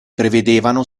prevedevano